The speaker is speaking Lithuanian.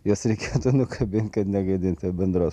juos reikėtų nukabint kad negadinti bendros